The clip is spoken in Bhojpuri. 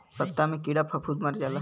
पत्ता मे कीड़ा फफूंद मर जाला